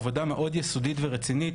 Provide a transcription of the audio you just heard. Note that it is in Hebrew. עבודה מאוד יסודית ורצינית,